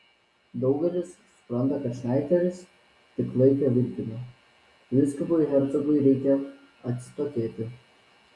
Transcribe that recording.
daugelis supranta kad šnaideris tik laiką vilkina vyskupui hercogui reikia atsitokėti